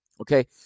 okay